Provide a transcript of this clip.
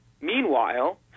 Meanwhile